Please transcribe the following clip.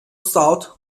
thought